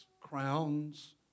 crowns